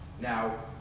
Now